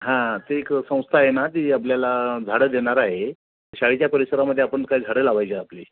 हां ती एक संस्था आहे ना ती आपल्याला झाडं देणार आहे शाळेच्या परिसरामध्ये आपण काय झाडं लावायची आपली